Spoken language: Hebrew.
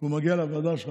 והוא מגיע לוועדה שלך,